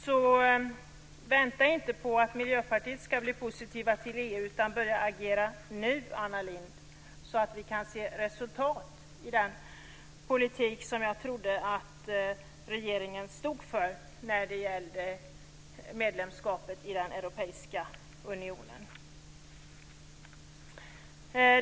Så vänta inte på att Miljöpartiet ska bli positiva till EU utan börja agera nu, Anna Lindh, så att vi kan se resultat i den politik som jag trodde att regeringen stod för när det gäller medlemskapet i den europeiska unionen.